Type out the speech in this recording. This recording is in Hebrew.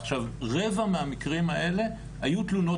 עכשיו רבע מהמקרים האלה היו תלונות